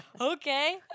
Okay